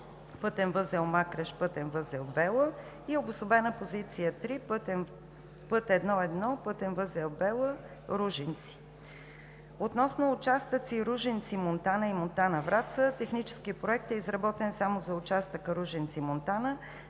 пътен възел „Макреш“, пътен възел „Бела“, и обособена позиция 3 – път 1-1 пътен възел „Бела – Ружинци“. Относно участъците Ружинци – Монтана и Монтана – Враца техническият проект е изработен само за участъка Ружинци – Монтана,